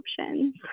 options